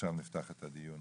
עכשיו נפתח את הדיון